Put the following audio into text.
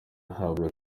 ahabwa